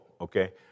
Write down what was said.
okay